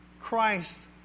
Christ